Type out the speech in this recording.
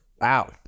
Wow